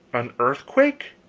an earthquake?